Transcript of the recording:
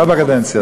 לא בקדנציה הזאת.